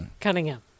Cunningham